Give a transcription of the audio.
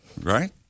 right